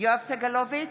יואב סגלוביץ'